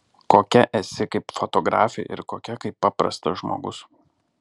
kokia esi kaip fotografė ir kokia kaip paprastas žmogus